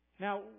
Now